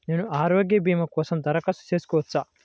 నేను ఆరోగ్య భీమా కోసం దరఖాస్తు చేయవచ్చా?